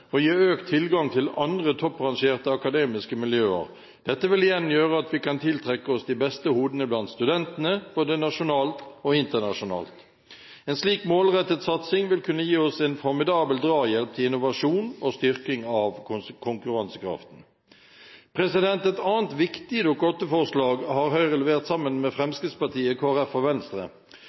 og gi økt tilgang til andre topprangerte akademiske miljøer. Dette vil igjen gjøre at vi kan tiltrekke oss de beste hodene blant studentene, både nasjonalt og internasjonalt. En slik målrettet satsing vil kunne gi oss en formidabel drahjelp til innovasjon og styrking av konkurransekraften. Høyre har levert et annet viktig Dokument 8-forslag sammen med Fremskrittspartiet, Kristelig Folkeparti og Venstre.